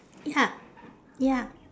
ya ya